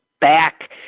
back